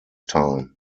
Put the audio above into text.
time